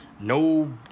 no